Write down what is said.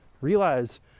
realize